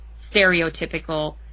stereotypical